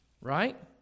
Right